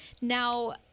Now